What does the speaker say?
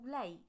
late